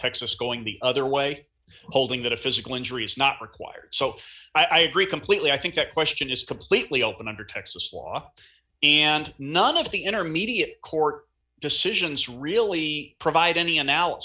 texas going the other way holding that a physical injury is not required so i agree completely i think that question is completely open under texas law and none of the intermediate court decisions really provide any an